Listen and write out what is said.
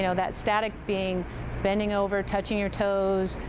you know that static being bending over, touching your toes,